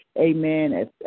amen